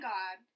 God